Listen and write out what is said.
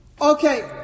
Okay